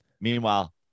Meanwhile